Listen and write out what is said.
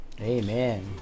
Amen